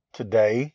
today